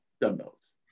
dumbbells